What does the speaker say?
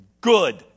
good